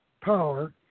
power